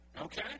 okay